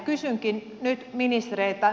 kysynkin nyt ministereiltä